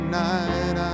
night